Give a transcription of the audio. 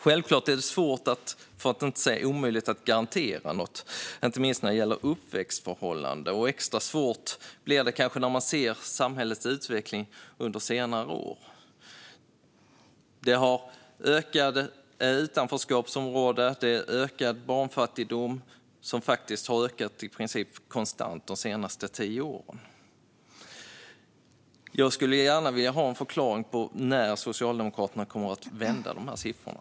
Självklart är det svårt, för att inte säga omöjligt, att garantera något, inte minst när det gäller uppväxtförhållanden. Extra svårt blir det kanske när man ser samhällets utveckling under senare år med växande utanförskapsområden och en barnfattigdom som faktiskt har ökat i princip konstant de senaste tio åren. Jag skulle gärna vilja ha en förklaring rörande när Socialdemokraterna kommer att vända de här siffrorna.